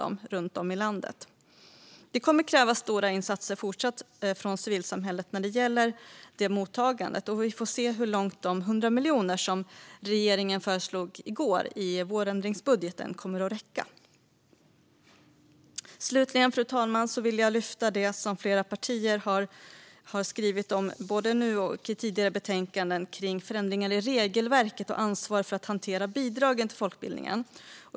Det kommer fortsatt att krävas stora insatser från civilsamhället när det gäller det mottagandet, och vi får se hur långt de 100 miljoner som regeringen föreslog i går i vårändringsbudgeten kommer att räcka. Slutligen, fru talman, vill jag lyfta det som flera partier har skrivit om både nu och i tidigare betänkanden om förändringar i regelverket och ansvaret för att hantera bidragen till folkbildningen.